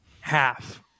half